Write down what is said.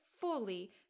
fully